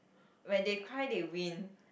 when they cry they win